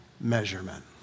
measurement